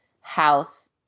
house